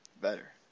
better